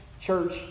church